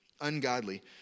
ungodly